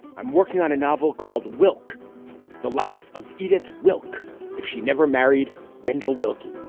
i'm working on a novel called wilcke the life of edith wilcke if she never married wendell willkie.